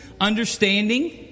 understanding